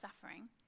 suffering